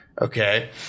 Okay